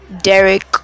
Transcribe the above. derek